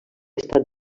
estat